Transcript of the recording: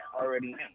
already